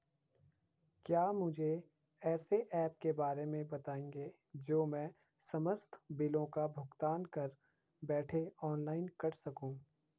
क्या मुझे ऐसे ऐप के बारे में बताएँगे जो मैं समस्त बिलों का भुगतान घर बैठे ऑनलाइन कर सकूँ?